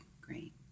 great